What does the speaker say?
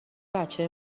بچه